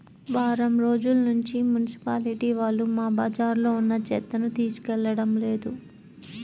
వారం రోజుల్నుంచి మున్సిపాలిటీ వాళ్ళు మా బజార్లో ఉన్న చెత్తని తీసుకెళ్లడం లేదు